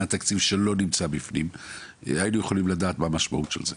מה התקציב שלא נמצא בפנים היינו יכולים לדעת מה המשמעות של זה.